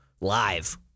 live